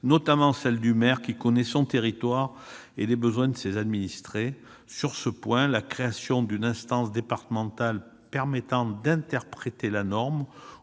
notamment celle du maire, qui connaît son territoire et les besoins de ses administrés. Sur ce point, la création d'une instance départementale permettant d'interpréter la norme